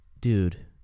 dude